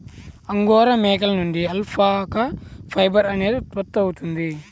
angora మేకల నుండి alpaca fibre అనేది ఉత్పత్తవుతుంది